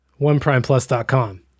Oneprimeplus.com